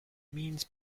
means